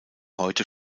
heute